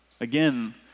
Again